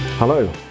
Hello